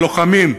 הלוחמים.